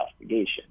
investigation